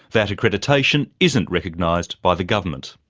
that accreditation isn't recognised by the government.